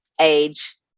age